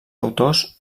autors